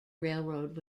railroad